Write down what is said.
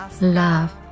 Love